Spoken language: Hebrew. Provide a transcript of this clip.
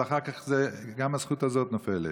אבל אחר כך גם הזכות הזאת נופלת.